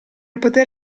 poter